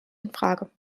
infrage